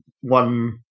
one